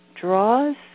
draws